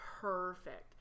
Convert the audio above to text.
perfect